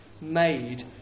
made